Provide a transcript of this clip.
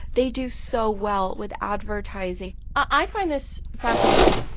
they do so well with advertising i find this fascinating because,